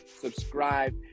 subscribe